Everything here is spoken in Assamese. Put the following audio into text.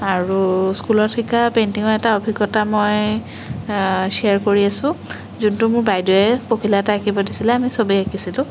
আৰু স্কুলত শিকা পেইণ্টিংৰ এটা অভিগতা মই শ্বেয়াৰ কৰি আছোঁ যোনটো মোৰ বাইদেউয়ে পখিলা এটা আকিব দিছিলে আমি সবেই আকিছিলোঁ